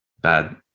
bad